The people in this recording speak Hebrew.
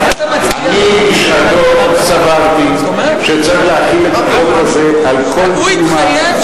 בשעתו סברתי שצריך להחיל את החוק הזה על כל תרומה,